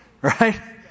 Right